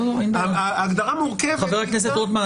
ההגדרה מורכבת --- חבר הכנסת רוטמן,